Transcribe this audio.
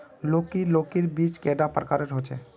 लौकी लौकीर बीज कैडा प्रकारेर होचे?